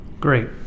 Great